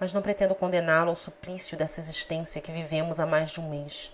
mas não pretendo condená lo ao suplício desta existência que vivemos há mais de um mês